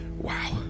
wow